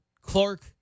Clark